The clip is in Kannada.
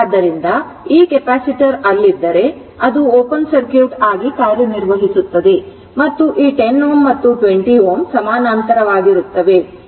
ಆದ್ದರಿಂದ ಈ ಕೆಪಾಸಿಟರ್ ಅಲ್ಲಿದ್ದರೆ ಅದು ಓಪನ್ ಸರ್ಕ್ಯೂಟ್ ಆಗಿ ಕಾರ್ಯನಿರ್ವಹಿಸುತ್ತದೆ ಮತ್ತು ಈ 10 Ω ಮತ್ತು 20 ಸಮಾನಾಂತರವಾಗಿರುತ್ತವೆ